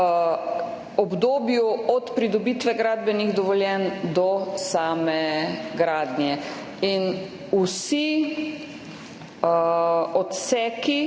obdobju od pridobitve gradbenih dovoljenj do same gradnje. Vsi odseki